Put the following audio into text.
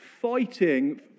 fighting